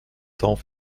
cents